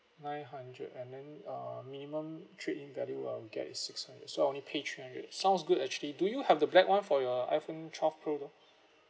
nine hundred and then uh minimum trade in value I'll get is six hundred so I only pay three hundred sounds good actually do you have the black [one] for your iPhone twelve pro though